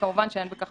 וכמובן שאין בכך